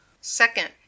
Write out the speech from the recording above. Second